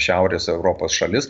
šiaurės europos šalis